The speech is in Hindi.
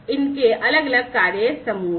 उनके अलग अलग कार्य समूह हैं